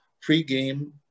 pre-game